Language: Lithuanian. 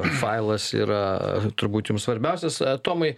failas yra turbūt jums svarbiausias tomai